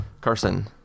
Carson